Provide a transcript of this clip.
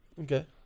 okay